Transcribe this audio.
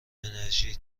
انرژی